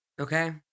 Okay